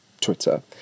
Twitter